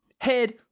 head